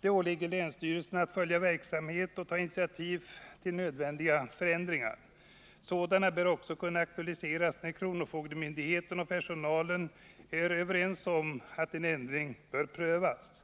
Det åligger länsstyrelserna att följa verksamheten och att ta initiativ till nödvändiga förändringar. Sådana bör också kunna aktualiseras när kronofogdemyndigheten och personalen är överens om att en ändring bör prövas.